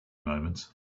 moments